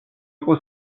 იყო